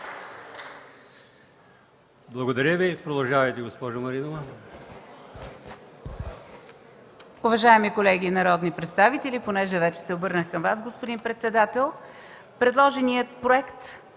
Благодаря Ви. Продължавайте, госпожо Маринова.